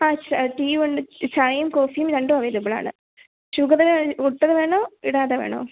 ആ ച് ടീ ഉണ്ട് ചായയും കോഫിയും രണ്ടും അവൈലബിൾ ആണ് ഷുഗർ ഇട്ടത് വേണോ ഇടാതെ വേണോ